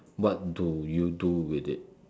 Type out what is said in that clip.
what do you do with it